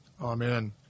Amen